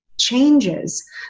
changes